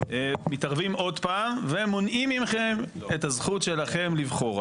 מתערבים עוד פעם ומונעים מכם את הזכות שלכם לבחור.